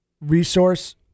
resource